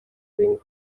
ring